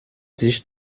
sich